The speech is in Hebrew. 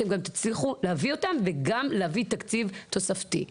ואתם גם תצליחו להביא אותם ולהביא תקציב תוספתי.